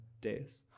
days